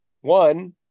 One